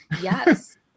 Yes